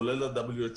כולל ה-WHO,